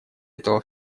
этого